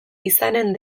izanen